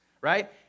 right